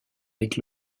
avec